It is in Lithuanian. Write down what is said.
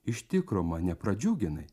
iš tikro mane pradžiuginai